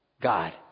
God